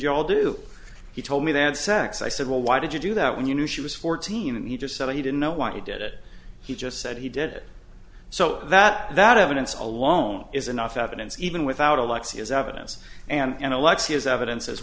you all do he told me they had sex i said well why did you do that when you knew she was fourteen and he just said he didn't know why he did it he just said he did it so that that evidence alone is enough evidence even without alexia's evidence and alexia's evidence as